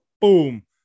boom